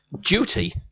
duty